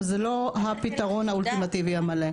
אבל זה לא הפתרון האולטימטיבי המלא.